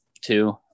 two